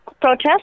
protest